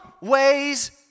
ways